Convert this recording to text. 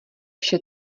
vše